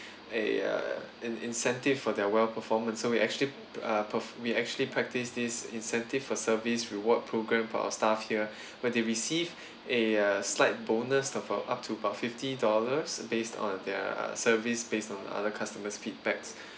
a uh an incentive for their well performance so we actually uh per~ we actually practice this incentive for service reward program for our staff here when they receive a uh slight bonus of uh up to about fifty dollars based on their service based on other customer's feedbacks